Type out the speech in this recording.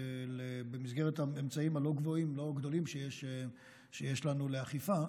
במסגרת האמצעים הלא-גדולים שלנו לאכיפה,